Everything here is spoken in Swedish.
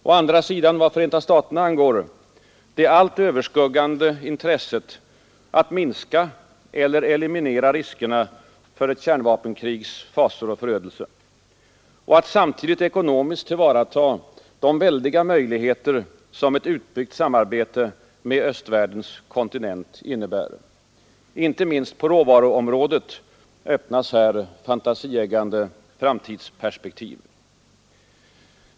Å andra sidan — vad Förenta staterna angår — det allt överskuggande intresset att minska eller eliminera riskerna för ett kärnvapenkrigs fasor och förödelse. Och att samtidigt ekonomiskt tillvarataga de väldiga ekonomiska möjligheter som ett utbyggt samarbete med östvärldens kontinent innebär. Inte minst på råvaruområdet öppnas här fantasieggande framtidsperspektiv.